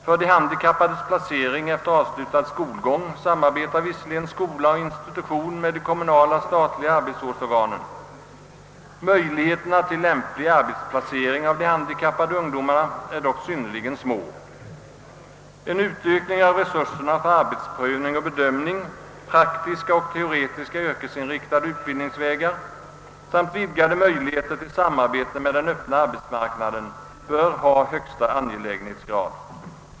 För de handikappades placering efter avslutad skolgång samarbetar visserligen skola och institution med de kommunala och statliga arbetsvårdsorganen. Möjligheterna till lämplig arbetsplacering av de handikappade ungdomarna är dock synnerligen små. En utökning av resurserna för arbetsprövning och bedömning, praktiska och teoretiska yrkesinriktade utbildningsvägar samt vidgade möjligheter till samarbete med den öppna arbetsmarknaden bör ha högsta angelägenhetsgrad.